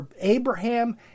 Abraham